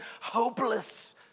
hopeless